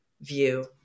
view